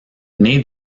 née